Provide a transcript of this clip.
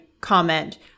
comment